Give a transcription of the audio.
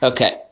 Okay